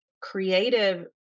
creative